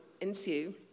ensue